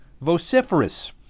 vociferous